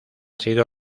sido